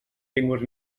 llengües